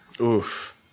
Oof